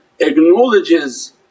acknowledges